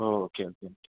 oh okay okay